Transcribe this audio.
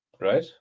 right